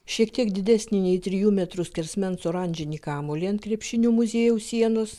šiek tiek didesnį nei trijų metrų skersmens oranžinį kamuolį ant krepšinio muziejaus sienos